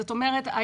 זאת אומרת,